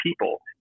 people